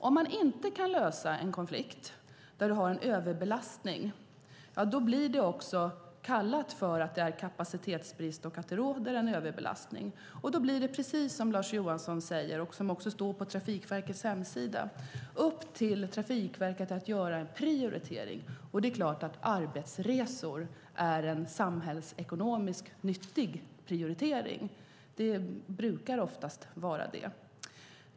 Om man inte kan lösa en konflikt när det råder en överbelastning och det kallas kapacitetsbrist blir det - precis som Lars Johansson säger och som det står på Trafikverkets hemsida - upp till Trafikverket att göra en prioritering. Det är klart att arbetsresor är en samhällsekonomiskt nyttig prioritering - det brukar oftast vara det.